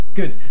good